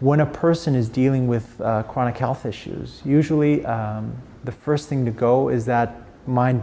when a person is dealing with chronic health issues usually the first thing to go is that mind